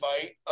fight